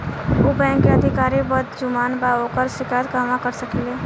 उ बैंक के अधिकारी बद्जुबान बा ओकर शिकायत कहवाँ कर सकी ले